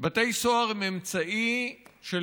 לא רשמו אתכם.